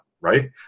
Right